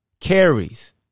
carries